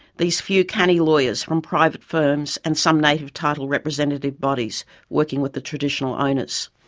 these few canny lawyers from private firms and some native title representative bodies working with the traditional owners.